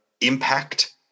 impact